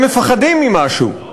הם מפחדים ממשהו.